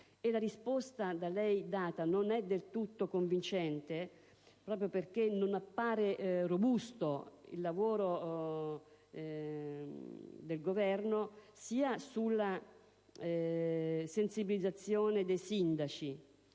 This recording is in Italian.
e la risposta da lei data non è del tutto convincente, proprio perché non appare robusto il lavoro del Governo, sia sulla sensibilizzazione dei sindaci